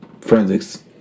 forensics